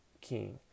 king